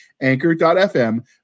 anchor.fm